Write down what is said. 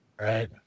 Right